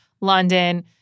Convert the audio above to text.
London